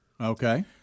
Okay